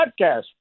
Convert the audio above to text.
podcast